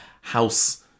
house